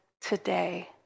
today